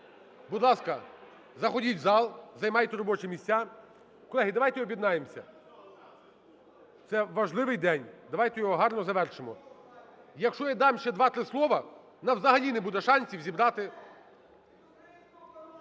Будь ласка, заходіть в зал, займайте робочі місця. Колеги, давайте об'єднаємося. Це важливий день. Давайте його гарно завершимо. Якщо я дам ще два-три слова, в нас взагалі не буде шансів зібрати…